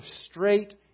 straight